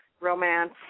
romance